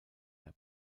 der